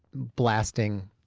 blasting,